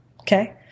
Okay